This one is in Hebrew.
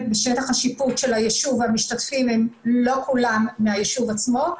בשטח השיפוט של הישוב והמשתתפים לא כולם מהישוב עצמו,